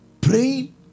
Praying